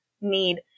need